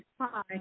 Hi